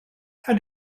how